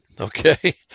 okay